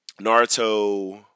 Naruto